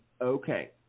okay